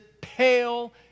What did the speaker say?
pale